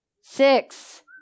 Six